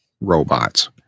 robots